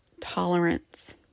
tolerance